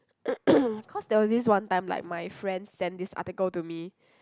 cause there was this one time like my friend sent this article to me